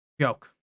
Joke